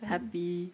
Happy